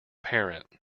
parent